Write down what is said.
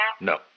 No